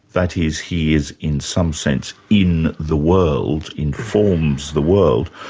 that is, he is in some sense in the world, informs the world,